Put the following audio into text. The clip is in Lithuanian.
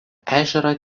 ežerą